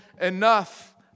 enough